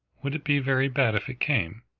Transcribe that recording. would it be very bad if it came?